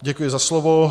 Děkuji za slovo.